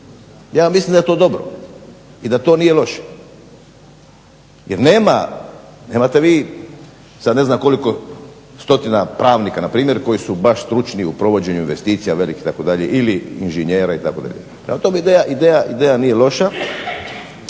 Ja mislim da je to dobro i da to nije loše jer nemate vi sad ne znam koliko stotina pravnika npr. koji su baš stručni u provođenju investicija velikih itd. ili inženjera itd. Prema tome ideja nije loša,